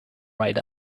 right